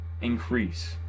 increase